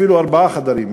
אפילו ארבעה חדרים.